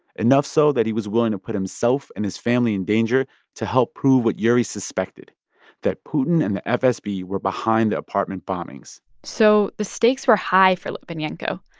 enough so that he was willing to put himself and his family in danger to help prove what yuri suspected that putin and the fsb were behind the apartment bombings so the stakes were high for litvinenko,